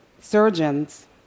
surgeons